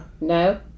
No